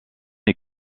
est